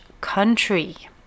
country